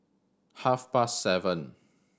half past seven